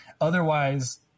Otherwise